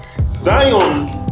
Zion